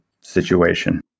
situation